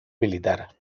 militar